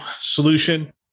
solution